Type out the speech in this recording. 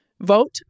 vote